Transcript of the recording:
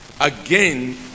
again